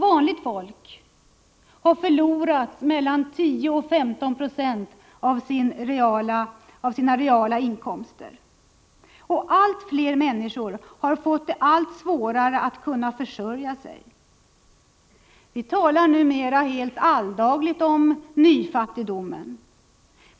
Vanligt folk har förlorat mellan 10 och 15 96 av sina reala inkomster. Allt fler människor har fått det svårare att försörja sig. Vi talar numera helt alldagligt om nyfattigdomen.